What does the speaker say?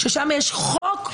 ששם יש חוק,